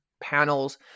panels